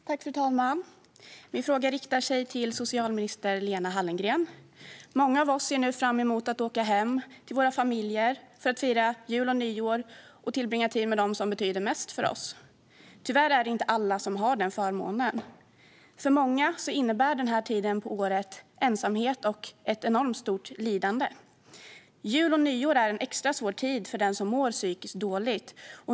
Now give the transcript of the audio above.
Fru talman! Min fråga riktar sig till socialminister Lena Hallengren. Många av oss ser nu fram emot att åka hem till våra familjer för att fira jul och nyår och tillbringa tid med dem som betyder mest för oss. Tyvärr är det inte alla som har den förmånen. För många innebär den här tiden på året ensamhet och ett enormt stort lidande. Jul och nyår är en extra svår tid för den som mår psykiskt dåligt.